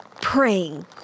praying